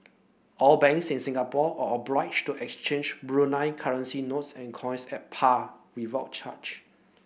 all banks in Singapore all obliged to exchange Brunei currency notes and coins at par without charge